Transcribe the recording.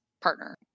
partner